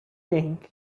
thing